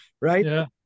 Right